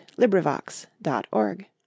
LibriVox.org